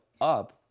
up